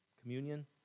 Communion